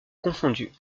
confondus